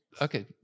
Okay